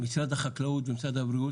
משרד החקלאות ומשרד הבריאות